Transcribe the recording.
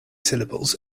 syllables